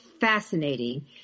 fascinating